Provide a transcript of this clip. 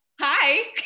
Hi